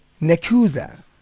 Nakusa